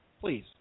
please